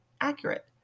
accurate